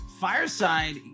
Fireside